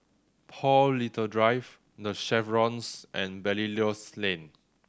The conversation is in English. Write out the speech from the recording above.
Paul Little Drive The Chevrons and Belilios Lane